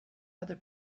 other